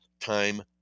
time